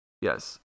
Yes